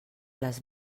les